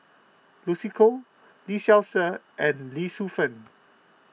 Lucy Koh Lee Seow Ser and Lee Shu Fen